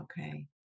Okay